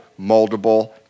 moldable